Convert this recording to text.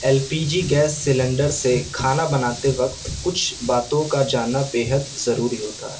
L P G gas cylinder سے کھانا بناتے وقت کچھ باتـوں کا جاننا بے حد ضروری ہوتا ہے